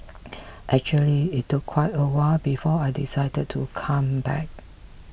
actually it took quite a while before I decided to come back